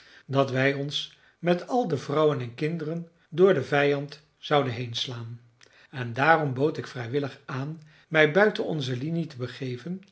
dat wij ons met al de vrouwen en kinderen door den vijand zouden heenslaan en daarom bood ik vrijwillig aan mij buiten onze linie te begeven